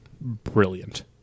brilliant